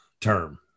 term